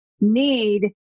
need